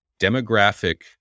demographic